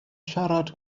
siarad